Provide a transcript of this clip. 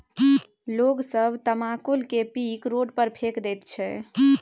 लोग सब तमाकुल केर पीक रोड पर फेकि दैत छै